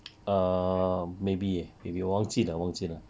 err maybe eh maybe 我忘记 liao 忘记了